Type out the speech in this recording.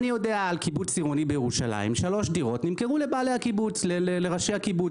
אני יודע על קיבוץ עירוני בירושלים שלוש דירות נמכרו לראשי הקיבוץ.